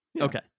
Okay